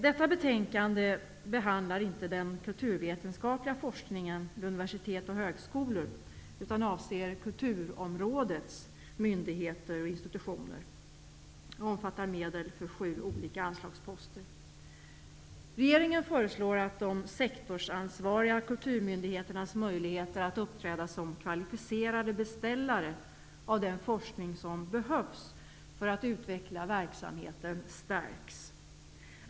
Detta betänkande behandlar inte den kulturvetenskapliga forskningen vid universitet och högskolor utan avser kulturområdets myndigheter och institutioner och omfattar medel för sju olika anslagsposter. Regeringen föreslår att de sektorsansvariga kulturmyndigheternas möjligheter att uppträda som kvalificerade beställare av den forskning som behövs för att utveckla verksamheten stärks.